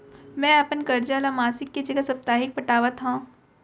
मै अपन कर्जा ला मासिक के जगह साप्ताहिक पटावत हव